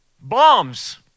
bombs